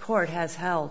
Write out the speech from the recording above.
court has held